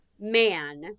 man